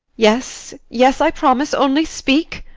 yes, yes i promise. only speak!